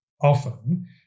often